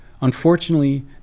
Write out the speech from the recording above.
Unfortunately